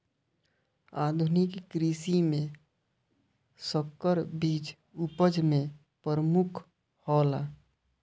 आधुनिक कृषि में संकर बीज उपज में प्रमुख हौला